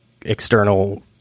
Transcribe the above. external